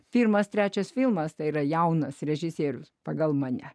firmas trečias filmas tai yra jaunas režisierius pagal mane